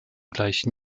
gleichen